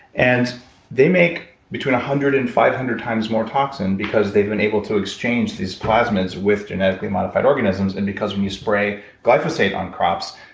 and they make between one hundred and five hundred times more toxin, because they've been able to exchange these plasmids with genetically modified organisms. and because when you spray glyphosate on crops,